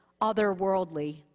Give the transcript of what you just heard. otherworldly